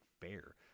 fair